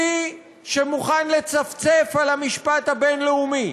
מי שמוכן לצפצף על המשפט הבין-לאומי,